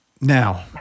now